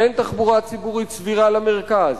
אין תחבורה ציבורית סבירה למרכז.